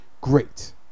great